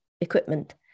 equipment